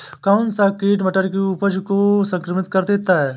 कौन सा कीट मटर की उपज को संक्रमित कर देता है?